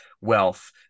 wealth